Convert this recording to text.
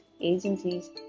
agencies